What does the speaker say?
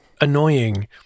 annoying